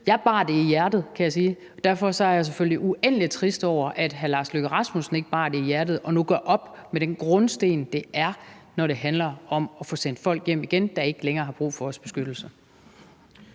Jeg bar det i hjertet, kan jeg sige, og derfor er jeg selvfølgelig uendelig trist over, at hr. Lars Løkke Rasmussen ikke bar det i hjertet og nu gør op med den grundsten, det er, når det handler om at få sendt folk hjem igen, der ikke længere har brug for vores beskyttelse.